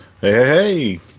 hey